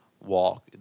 walk